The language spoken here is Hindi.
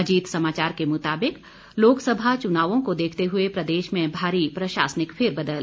अजीत समाचार के मुताबिक लोकसभा चुनावों को देखते हुए प्रदेश में भारी प्रशासनिक फेरबदल